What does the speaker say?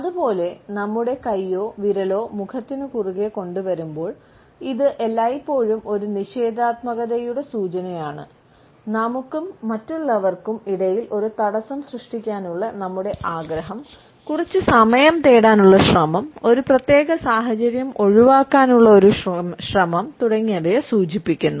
അതുപോലെ നമ്മുടെ കൈയോ വിരലോ മുഖത്തിനു കുറുകെ കൊണ്ടുവരുമ്പോൾ ഇത് എല്ലായ്പ്പോഴും ഒരു നിഷേധാത്മകതയുടെ സൂചനയാണ് നമുക്കും മറ്റുള്ളവർക്കും ഇടയിൽ ഒരു തടസ്സം സൃഷ്ടിക്കാനുള്ള നമ്മുടെ ആഗ്രഹം കുറച്ച് സമയം തേടാനുള്ള ശ്രമം ഒരു പ്രത്യേക സാഹചര്യം ഒഴിവാക്കാനുള്ള ഒരു ശ്രമം തുടങ്ങിയവയെ സൂചിപ്പിക്കുന്നു